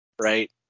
Right